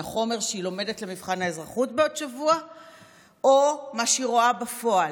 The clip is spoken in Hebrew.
החומר שהיא לומדת למבחן האזרחות בעוד שבוע או מה שהיא רואה בפועל?